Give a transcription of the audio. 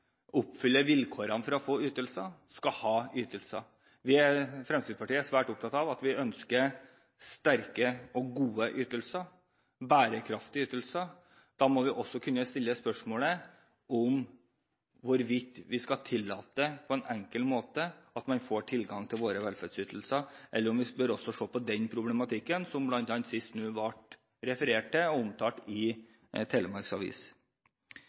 oppfyller vilkårene for å få ytelser, skal ha ytelser. Fremskrittspartiet ønsker at vi skal ha sterke og gode ytelser – bærekraftige ytelser – og da må vi også kunne stille spørsmålet om hvorvidt vi skal tillate, på en enkel måte, at man får tilgang til våre velferdsytelser, eller om vi må se på denne problematikken, som sist er omtalt i